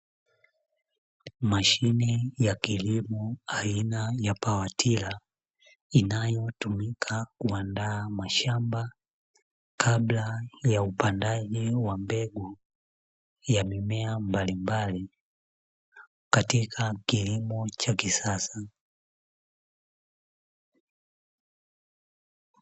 Mashine ya kilimo aina ya pawatila, inayotumika kuandaa mashamba kabla ya upandaji wa mbegu ya mimea mbalimbali katika kilimo cha kisasa.